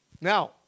Now